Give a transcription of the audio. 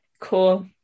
Cool